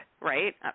right